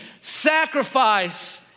sacrifice